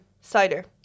cider